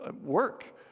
work